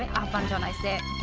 aafam ah nine